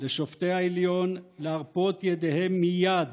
לשופטי העליון להרפות ידיהם מייד